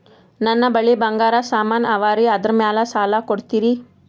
ನನ್ನ ಬಳಿ ಬಂಗಾರ ಸಾಮಾನ ಅವರಿ ಅದರ ಮ್ಯಾಲ ಸಾಲ ಕೊಡ್ತೀರಿ?